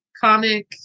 Comic